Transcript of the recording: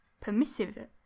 permissive